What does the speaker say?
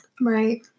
Right